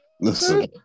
Listen